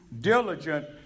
Diligent